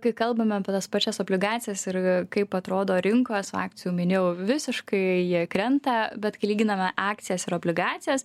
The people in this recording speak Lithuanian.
kai kalbame apie tas pačias obligacijas ir kaip atrodo rinkos akcijų minėjau visiškai jie krenta bet kai lyginame akcijas ir obligacijas